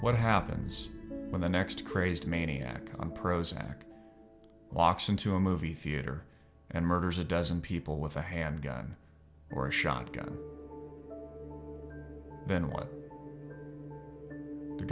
what happens when the next crazed maniac on prozac walks into a movie theater and murders a dozen people with a handgun or a shotgun then what the